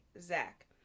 Zach